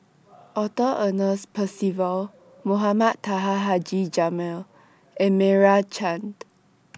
Arthur Ernest Percival Mohamed Taha Haji Jamil and Meira Chand